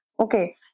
Okay